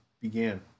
began